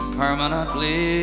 permanently